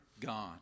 God